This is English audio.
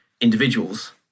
individuals